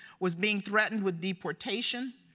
was being threatened with deportation,